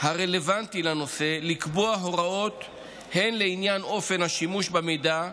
הרלוונטי לנושא לקבוע הוראות הן לעניין אופן השימוש במידע,